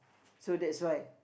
so that's why